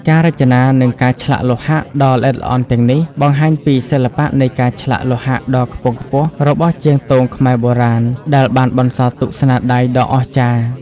ការរចនា និងការឆ្លាក់លោហៈដ៏ល្អិតល្អន់ទាំងនេះ បង្ហាញពី សិល្បៈនៃការឆ្លាក់លោហៈដ៏ខ្ពង់ខ្ពស់ របស់ជាងទងខ្មែរបុរាណ ដែលបានបន្សល់ទុកស្នាដៃដ៏អស្ចារ្យ។